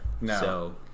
No